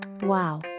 Wow